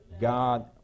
God